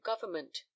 government